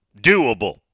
doable